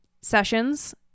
Sessions